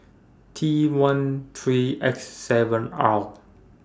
T one three X seven R